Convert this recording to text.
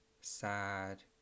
sad